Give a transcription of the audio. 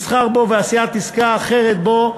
מסחר בו ועשיית עסקה אחרת בו,